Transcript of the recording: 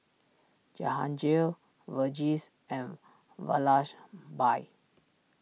Jahangir Verghese and bye